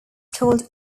called